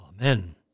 Amen